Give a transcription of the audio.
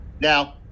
Now